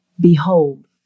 Behold